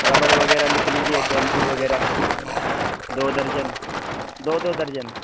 rubber وغیرہ لکھ لیجیے پینسل وغیرہ دو درجن دو دو درجن